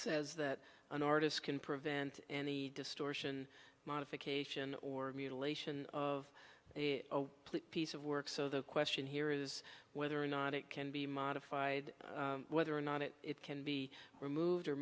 says that an artist can prevent any distortion modification or mutilation of a plate piece of work so the question here is whether or not it can be modified whether or not it it can be removed or